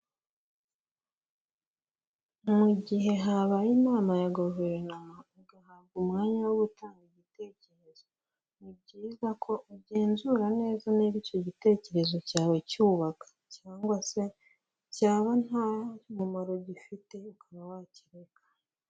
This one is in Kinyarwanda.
Mu gihe habaye inama ya guverinoma ugahabwa umwanya wo gutanga ibitekerezo ni byiza ko ugenzura neza niba icyo gitekerezo cyawe cyubaka cyangwa se byaba nta mumaro gifite ukaba wakihorera.